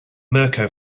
mirco